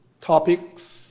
topics